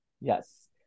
yes